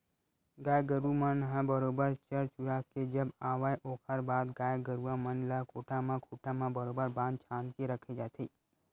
गाय गरुवा मन ह बरोबर चर चुरा के जब आवय ओखर बाद गाय गरुवा मन ल कोठा म खूंटा म बरोबर बांध छांद के रखे जाथे